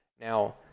Now